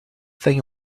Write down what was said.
thing